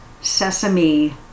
sesame